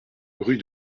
rue